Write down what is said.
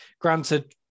granted